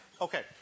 Okay